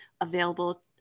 available